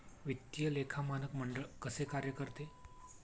वित्तीय लेखा मानक मंडळ कसे कार्य करते?